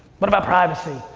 what about privacy?